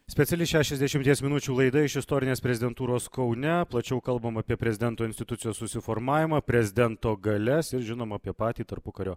speciali šešiasdešimties minučių laida iš istorinės prezidentūros kaune plačiau kalbam apie prezidento institucijos susiformavimą prezidento galias ir žinoma apie patį tarpukario